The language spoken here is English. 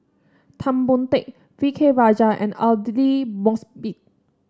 Tan Boon Teik V K Rajah and Aidli Mosbit